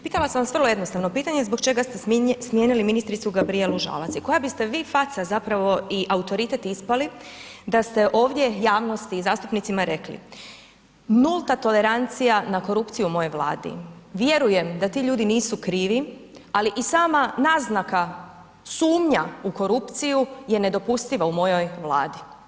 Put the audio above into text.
Pitala sam vas vrlo jednostavno pitanje, zbog čega ste smijenili ministricu Gabrijelu Žalac i koja biste vi faca zapravo i autoritet ispali da ste ovdje javnosti i zastupnicima rekli, nulta tolerancija na korupciju u mojoj Vladi, vjerujem da ti ljudi nisu krivi, ali i sama naznaka, sumnja u korupciju je nedopustiva u mojoj Vladi.